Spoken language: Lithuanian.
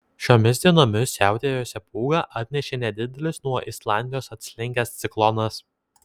šiomis dienomis siautėjusią pūgą atnešė nedidelis nuo islandijos atslinkęs ciklonas